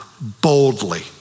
boldly